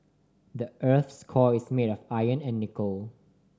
the earth's core is made of iron and nickel